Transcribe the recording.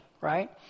right